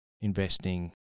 investing